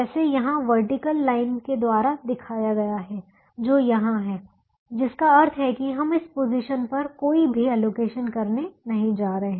जैसे यहां vertical line के द्वारा दिखाया गया है जो यहां है जिसका अर्थ है कि हम इस पोजीशन पर कोई भी अलोकेशन करने नहीं जा रहे